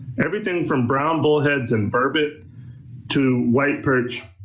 everything from brown bullheads and burbot to white perch